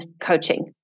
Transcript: coaching